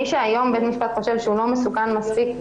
מי שהיום בית המשפט חושב שהוא לא מסוכן